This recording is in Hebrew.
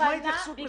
נשמע התייחסות מסודרת.